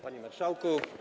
Panie Marszałku!